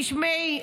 תשמעי,